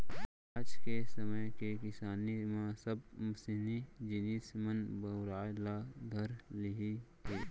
आज के समे के किसानी म सब मसीनी जिनिस मन बउराय ल धर लिये हें